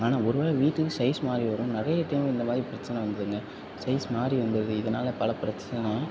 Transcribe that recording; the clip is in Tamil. ஆனால் ஒரு வேளை வீட்டுக்கு சைஸ் மாறி வரும் நிறைய டைம் இந்த மாரி பிரச்சனை வந்துதுங்க சைஸ் மாறி வந்துருது இதனால் பல பிரச்சனை